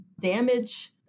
damage